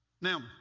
Now